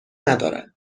ندارد